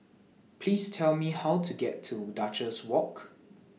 Please Tell Me How to get to Duchess Walk